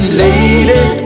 lady